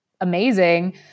amazing